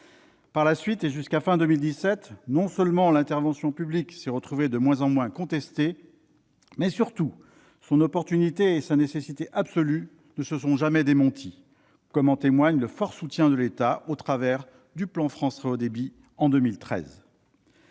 Par la suite, et jusqu'à fin 2017, non seulement l'intervention publique s'est retrouvée de moins en moins contestée, mais surtout son opportunité et sa nécessité absolue n'ont jamais été démenties, comme en témoigne le fort soutien de l'État au travers du plan France Très haut débit en 2013.